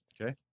Okay